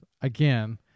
again